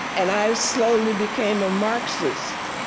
and i slowly became a marxist.